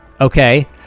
okay